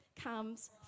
comes